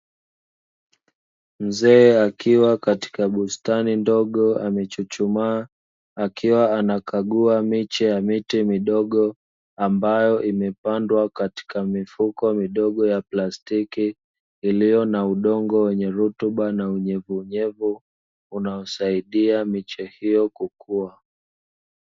Mzee akiwa katika bustani ndogo amechuchumaa akiwa anakagua miche ya miti midogo ambayo imepandwa katika mifuko midogo ya plastiki iliyo na udongo wenye rutuba na unyevunyevu unaosaidia miche hiyo kukua.